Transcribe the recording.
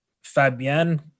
fabian